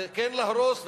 וכן להרוס,